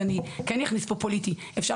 ואני כן אכניס פה פוליטיקה אפשר